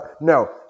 no